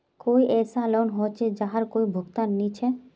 कोई ऐसा लोन होचे जहार कोई भुगतान नी छे?